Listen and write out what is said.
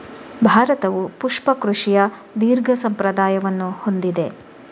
ಭಾರತವು ಪುಷ್ಪ ಕೃಷಿಯ ದೀರ್ಘ ಸಂಪ್ರದಾಯವನ್ನು ಹೊಂದಿದೆ